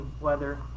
weather